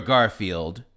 Garfield